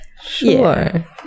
sure